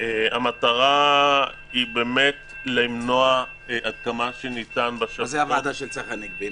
המטרה היא למנוע עד כמה שניתן --- מה זה "הוועדה בראשות צחי הנגבי",